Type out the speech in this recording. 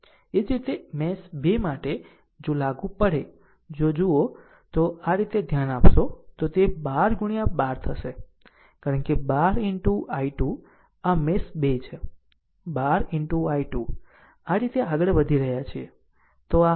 એ જ રીતે મેશ 2 માટે જો લાગુ પડે જો જુઓ જો આ રીતે ધ્યાન આપશો તો તે 12 ગુણ્યા I2 થશે કારણ કે 12 into I2 આ મેશ 2 છે 12 into I2 આ રીતે આગળ વધી રહ્યા છે